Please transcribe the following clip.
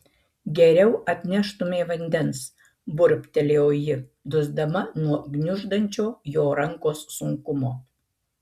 geriau atneštumei vandens burbtelėjo ji dusdama nuo gniuždančio jo rankos sunkumo